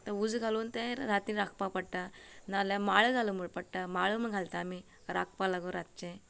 तो उज्जो घालून ते राती राखपा पडटा नाल्यार माळ घालो म्हूण पडटा माळम घालता आमी राखपा लागून रातचे